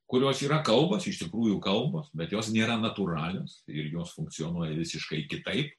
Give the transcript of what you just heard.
kurios yra kalbos iš tikrųjų kalbos bet jos nėra natūralios ir jos funkcionuoja visiškai kitaip